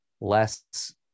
less